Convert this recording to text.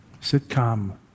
sitcom